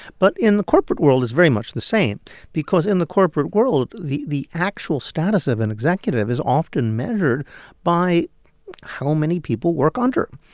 but in the corporate world, it's very much the same because in the corporate world, the the actual status of an executive is often measured by how many people work under.